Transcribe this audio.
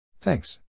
Thanks